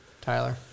Tyler